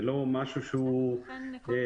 זה לא משהו שהוא ניתן,